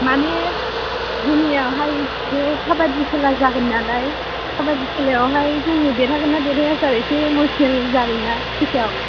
माने जोंनियावहाय बे खाबादि खेला जागोन नालाय खाबादि खेलायावहाय जोङो देरहागोन ना देरहाया एसे इमसनेल जादों ना गोसोआव